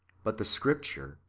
but the scripture,